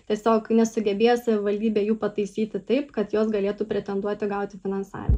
tiesiog nesugebėjo savivaldybė jų pataisyti taip kad jos galėtų pretenduoti gauti finansavimą